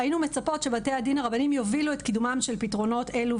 היינו מצפות שבתי הדין הרבניים יובילו את קידומם של פתרונות אלו,